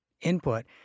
input